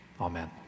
amen